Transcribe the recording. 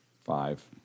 Five